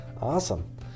Awesome